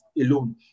alone